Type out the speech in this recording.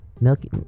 Milky